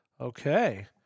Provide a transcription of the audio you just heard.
Okay